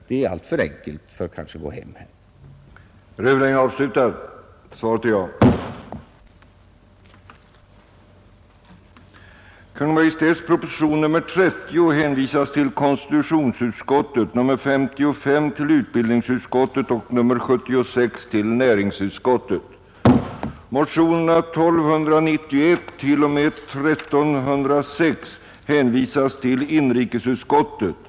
Det är alltför enkelt för att gå hem i detta sammanhang.